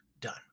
done